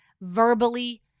verbally